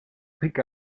pick